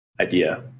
idea